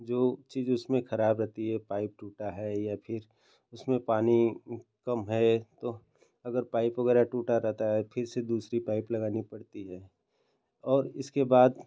जो चीज़ उसमें खराब रहती है पाइप टूटी है या फिर उसमें पानी कम है तो अगर पाइप वग़ैरह टूटी रहती है फिर से दूसरी पाइप लगानी पड़ती है और इसके बाद